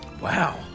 Wow